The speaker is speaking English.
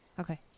Okay